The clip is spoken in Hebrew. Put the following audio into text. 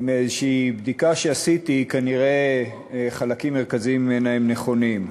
ומאיזושהי בדיקה שעשיתי כנראה חלקים מרכזיים ממנה הם נכונים.